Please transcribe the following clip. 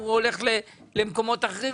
הוא הולך למקומות אחרים,